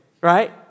right